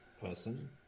person